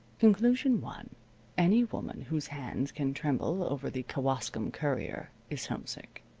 conclusion one any woman whose hands can tremble over the kewaskum courier is homesick.